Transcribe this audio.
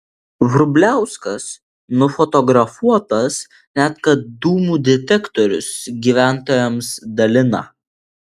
vrubliauskas nufotografuotas net kad dūmų detektorius gyventojams dalina